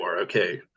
okay